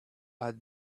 had